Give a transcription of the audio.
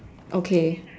okay